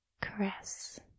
caress